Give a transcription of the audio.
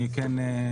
אני כן אשתמש,